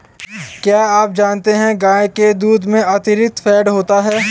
क्या आप जानते है गाय के दूध में अतिरिक्त फैट होता है